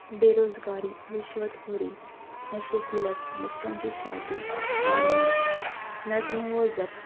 بیروزگاری رشوت خوری نشے کی لت بچوں کی شادی تعلیم نظم و ضبط